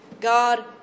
God